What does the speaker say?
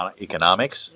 economics